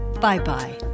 Bye-bye